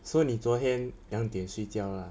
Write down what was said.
so 你昨天两点睡觉 lah